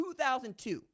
2002